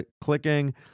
clicking